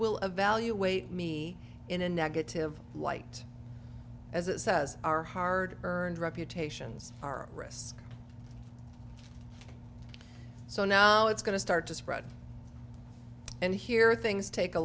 will evaluate me in a negative light as it says our hard earned reputations are at risk so now it's going to start to spread and here things take a